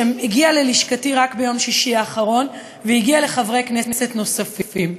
שהגיעה ללשכתי רק ביום שישי האחרון והגיעה לחברי כנסת נוספים.